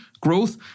growth